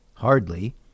Hardly